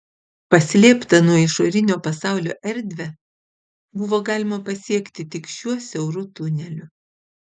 paslėptą nuo išorinio pasaulio erdvę buvo galima pasiekti tik šiuo siauru tuneliu